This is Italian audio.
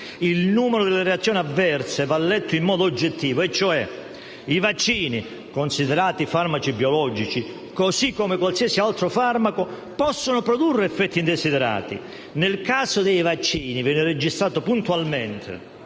Il numero delle reazioni avverse va letto in modo oggettivo, e cioè: i vaccini, considerati farmaci biologici, così come qualsiasi altro farmaco possono produrre effetti indesiderati; nel caso dei vaccini vengono registrati puntualmente